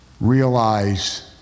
Realize